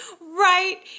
right